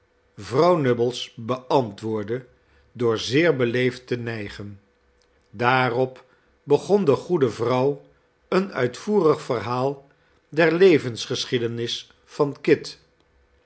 vrouw nubbles beantwoordde door zeer beleefd te nijgen daarop begon de goede vrouw een uitvoerig verhaal der levensgeschiedenis van kit